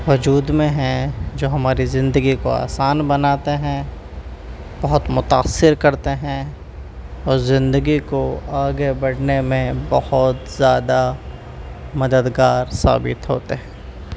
وجود میں ہیں جو ہمارے زندگی کو آسان بناتے ہیں بہت متاثر کرتے ہیں اور زندگی کو آگے بڑھنے میں بہت زیادہ مددگارثابت ہوتے ہیں